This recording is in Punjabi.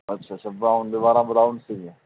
ਅੱਛਾ ਅੱਛਾ ਬਰਾਊਨ ਦੁਬਾਰਾ ਬਰਾਊਨ ਸਹੀ ਹੈ